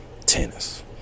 tennis